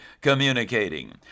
communicating